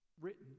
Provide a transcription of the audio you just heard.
written